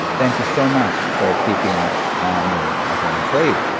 thank you so much for keeping me as an employee,